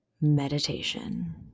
meditation